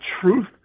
truth